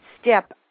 Step